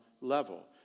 level